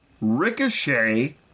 Ricochet